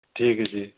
ਠੀਕ ਹੈ ਜੀ